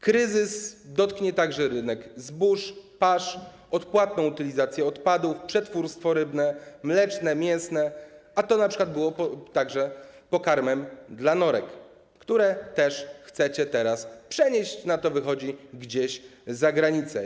Kryzys dotknie także rynek zbóż, pasz, odpłatną utylizację odpadów, przetwórstwo rybne, mleczne, mięsne, to np. był także pokarm dla norek, które chcecie teraz przenieść - na to wychodzi - gdzieś za granicę.